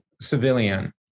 civilian